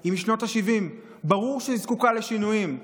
היא משנות השבעים, וברור שהיא זקוקה לשינויים.